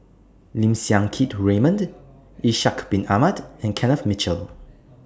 Lim Siang Keat Raymond Ishak Bin Ahmad and Kenneth Mitchell